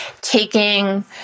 taking